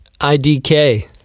IDK